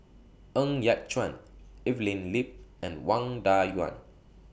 Ng Yat Chuan Evelyn Lip and Wang Dayuan